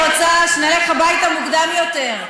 אני רוצה שנלך הביתה מוקדם יותר.